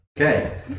Okay